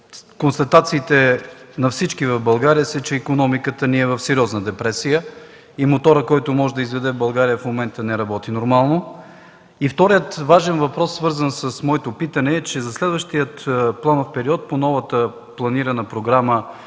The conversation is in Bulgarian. констатациите на всички в България са, че икономиката ни е в сериозна депресия и моторът, който може да изведе България, в момента не работи нормално. Вторият важен въпрос, свързан с моето питане, е, че за следващия планов период по новата планирана Програма